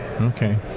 Okay